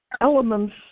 elements